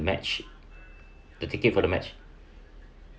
match the ticket for the match